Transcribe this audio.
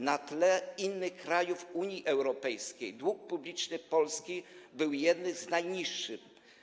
Na tle innych krajów Unii Europejskiej dług publiczny Polski był jednym z najniższych.